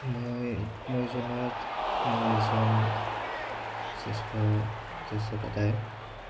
মই মই জনাত মোৰ এজন শ্ৰেষ্ঠ জ্যেষ্ঠ দাদাই